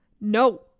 No